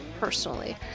personally